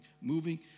moving